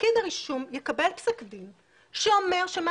שפקיד הרישום יקבל פסק דין שאומר שמה